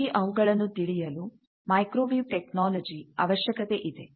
ನಿಮಗೆ ಅವುಗಳನ್ನು ತಿಳಿಯಲು ಮೈಕ್ರೋವೇವ್ ಟೆಕ್ನಾಲಜಿ ಅವಶ್ಯಕತೆ ಇದೆ